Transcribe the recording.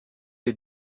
les